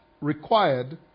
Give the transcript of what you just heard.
required